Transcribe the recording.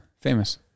famous